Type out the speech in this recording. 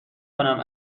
کنم